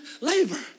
labor